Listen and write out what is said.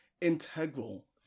integral